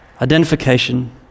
Identification